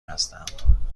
هستم